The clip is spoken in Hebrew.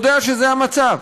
יודע שזה המצב,